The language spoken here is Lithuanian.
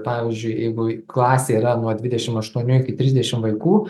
pavyzdžiui jeigu klasė yra nuo dvidešimt aštuonių iki trisdešimt vaikų